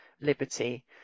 liberty